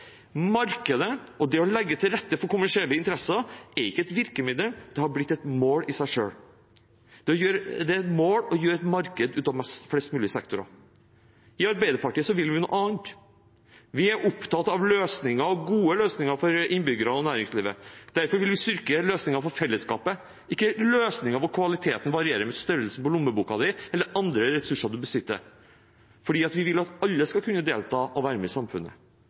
Markedet og det å legge til rette for kommersielle interesser er ikke et virkemiddel. Det har blitt et mål i seg selv. Det er et mål å gjøre et marked ut av flest mulig sektorer. I Arbeiderpartiet vil vi noe annet. Vi er opptatt av løsninger, gode løsninger for innbyggerne og næringslivet. Derfor vil vi styrke løsningene for fellesskapet – ikke løsninger hvor kvaliteten varierer med størrelsen på lommeboken din eller andre ressurser du besitter – for vi vil at alle skal kunne delta og være med i samfunnet.